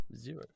Zero